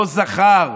לא זכר.